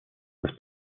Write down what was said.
was